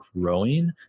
growing